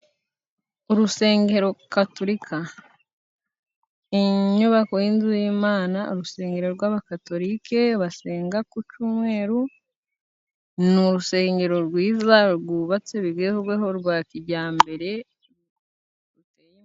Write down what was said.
Urusengero katorika，ni inyubako y'inzu y’Imana， urusengero rw'abakatorike basenga ku cyumweru， ni urusengero rwiza rwubatse bigezweho rwa kijyambere.